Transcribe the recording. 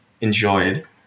enjoyed